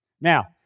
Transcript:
Now